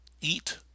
eat